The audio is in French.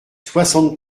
soixante